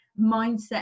mindset